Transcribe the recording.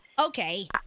Okay